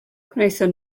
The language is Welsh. gwnaethon